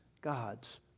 God's